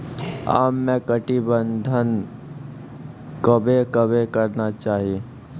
आम मे कीट प्रबंधन कबे कबे करना चाहिए?